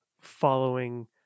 following